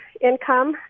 income